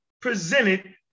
presented